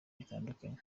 butandukanye